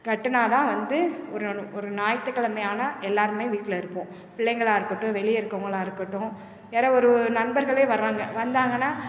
கட்டினா தான் வந்து ஒரு ஒரு ஞாயிற்றுக் கிழமையானா எல்லாருமே வீட்டில இருப்போம் பிள்ளைங்களாக இருக்கட்டும் வெளியே இருக்கிறவுங்களா இருக்கட்டும் யாராக ஒரு நண்பர்களே வர்றாங்க வந்தாங்கன்னால்